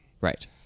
Right